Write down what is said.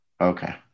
Okay